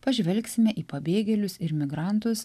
pažvelgsime į pabėgėlius ir migrantus